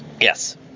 Yes